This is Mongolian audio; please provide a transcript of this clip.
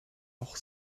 авах